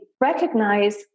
recognize